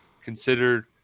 Considered